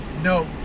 no